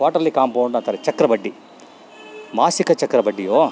quarterly compound ಅಂತಾರೆ ಚಕ್ರಬಡ್ಡಿ ಮಾಸಿಕ ಚಕ್ರಬಡ್ಡಿಯೋ